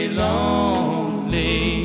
lonely